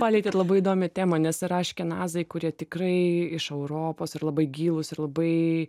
palietėt labai įdomią temą nes yra aškenazai kurie tikrai iš europos ir labai gilūs ir labai